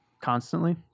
constantly